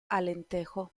alentejo